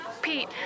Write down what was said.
Pete